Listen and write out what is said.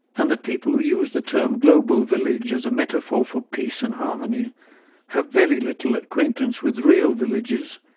and that people who use the term global village as metaphor for peace and harmony have very little acquaintance with real villages,